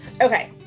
okay